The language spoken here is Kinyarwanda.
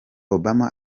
obama